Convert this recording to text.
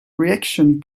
reactions